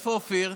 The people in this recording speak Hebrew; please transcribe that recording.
איפה אופיר?